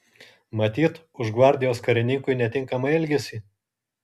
matyt už gvardijos karininkui netinkamą elgesį